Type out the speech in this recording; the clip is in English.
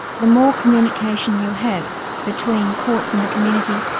the more communication you have between courts and the community,